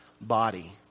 body